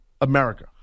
America